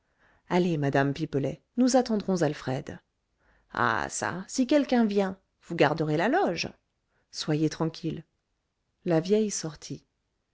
allez madame pipelet nous attendrons alfred ah çà si quelqu'un vient vous garderez la loge soyez tranquille la vieille sortit